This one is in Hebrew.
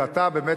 ואתה באמת,